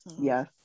yes